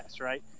right